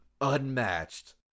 Unmatched